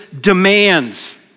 demands